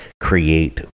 create